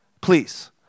Please